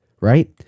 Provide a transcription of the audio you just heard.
Right